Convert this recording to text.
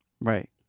right